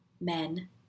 men